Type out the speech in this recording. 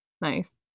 nice